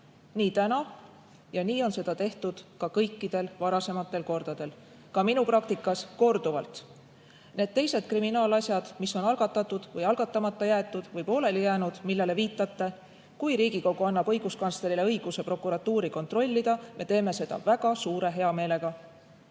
see täna ja nii on seda tehtud kõikidel varasematel kordadel, ka minu praktikas korduvalt. Need teised kriminaalasjad, mis on algatatud või algatamata jäetud või pooleli jäänud, millele viitate – kui Riigikogu annab õiguskantslerile õiguse prokuratuuri kontrollida, me teeme seda väga suure heameelega.